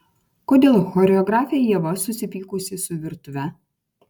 kodėl choreografė ieva susipykusi su virtuve